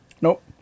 Nope